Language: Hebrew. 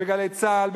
ב"גלי צה"ל",